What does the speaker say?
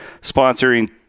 Sponsoring